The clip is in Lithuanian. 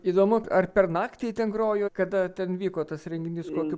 įdomu ar per naktį ten grojo kada ten vyko tas renginys kokiu